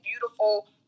beautiful